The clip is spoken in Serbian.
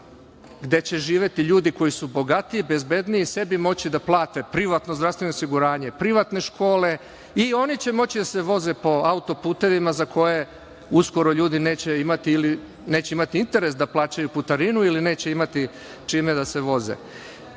gde će živeti ljudi koji su bogatiji, bezbedniji, sebi moći da plate privatno zdravstveno osiguranje, privatne škole i oni će moći da se voze po autoputevima za koje uskoro ljudi neće imati interes da plaćaju putarinu ili neće imati čime da se